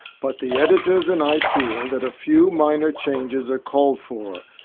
but the editors and i feel that a few minor changes are called for.